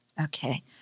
Okay